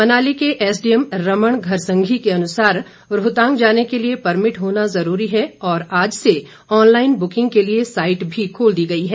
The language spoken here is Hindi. मनाली के एसडीएम रमण घरसंगी के अनुसार रोहतांग जाने के लिये परमिट होना जरूरी है और आज से ऑनलाईन बुकिंग के लिए साईट भी खोल दी गई है